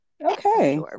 Okay